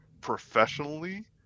professionally